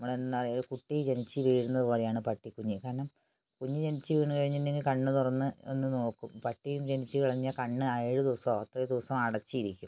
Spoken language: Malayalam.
നമ്മള് എന്താ പറയുക ഒരു കുട്ടി ജനിച്ചു വീഴുന്നതു പോലെയാണ് പട്ടിക്കുഞ്ഞ് കാരണം കുഞ്ഞ് ജനിച്ചുവീണ് കഴിഞ്ഞിട്ടുണ്ടെങ്കിൽ കണ്ണ് തുറന്ന് ഒന്നു നോക്കും പട്ടിയും ജനിച്ചു കഴിഞ്ഞാൽ കണ്ണ് ഏഴു ദിവസമോ എത്രയോ ദിവസം അടച്ചിരിക്കും